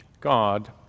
God